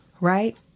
right